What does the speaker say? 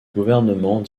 gouvernement